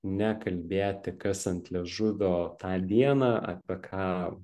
nekalbėti kas ant liežuvio tą dieną apie ką